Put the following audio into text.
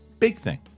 BigThing